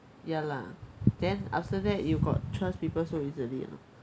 ya lah then after that you got trust people so easily or not